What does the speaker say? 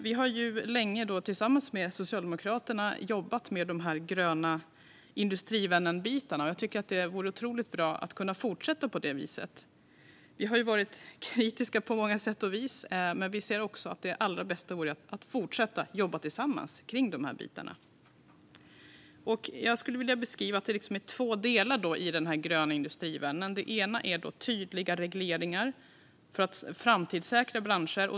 Vi har tillsammans med Socialdemokraterna länge jobbat med dessa gröna industrivännen-bitar. Jag tycker att det vore otroligt bra att kunna fortsätta på det viset. Vi har varit kritiska på många sätt, men vi ser också att det allra bästa vore att fortsätta jobba tillsammans med dessa bitar. Det är två delar i denna gröna industrivän. Den ena är tydliga regleringar för att framtidssäkra branscher.